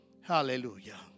Hallelujah